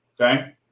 okay